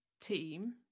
team